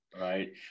right